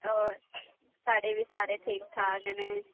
होर साढ़े बी सारे ठीक ठाक न